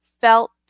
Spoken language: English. felt